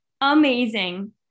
Amazing